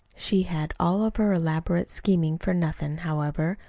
she had all of her elaborate scheming for nothing, however,